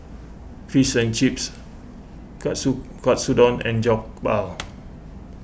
Fish and Chips Katsudon and Jokbal